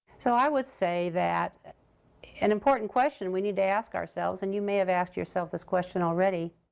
so i would say that an important question we need to ask ourselves, and you may have asked yourself this question already,